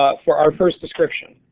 ah for our first description.